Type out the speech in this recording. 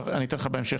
ואני אתן לך בהמשך,